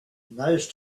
those